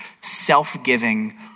self-giving